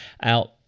out